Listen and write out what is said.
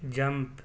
jump